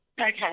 Okay